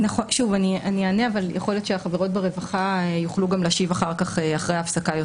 אני אענה אבל יכול להיות שהחברות ברווחה יוכלו להשיב אחרי ההפסקה.